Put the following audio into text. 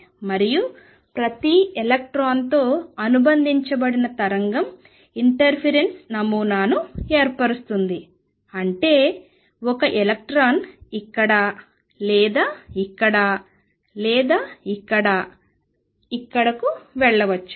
మరియు ప్రతి ఎలక్ట్రాన్తో అనుబంధించబడిన తరంగం ఇంటర్ఫిరెన్స్ నమూనాను ఏర్పరుస్తుంది అంటే ఒక ఎలక్ట్రాన్ ఇక్కడ లేదా ఇక్కడ లేదా ఇక్కడ లేదా ఇక్కడకు వెళ్లవచ్చు